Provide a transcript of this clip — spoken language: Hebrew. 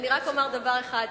אומר רק דבר אחד,